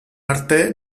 arte